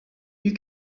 you